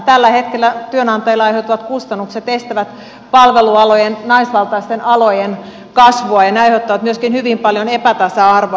tällä hetkellä työnantajalle aiheutuvat kustannukset estävät palvelualojen naisvaltaisten alojen kasvua ja ne aiheuttavat myöskin hyvin paljon epätasa arvoa